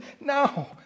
No